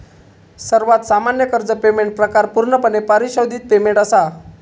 सर्वात सामान्य कर्ज पेमेंट प्रकार पूर्णपणे परिशोधित पेमेंट असा